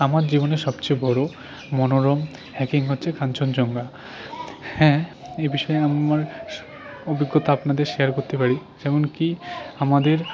আমার জীবনের সবচেয়ে বড় মনোরম হাইকিং হচ্ছে কাঞ্চনজঙ্গা হ্যাঁ এ বিষয়ে আমার অভিজ্ঞতা আপনাদের শেয়ার করতে পারি যেমনকি আমাদের